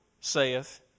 saith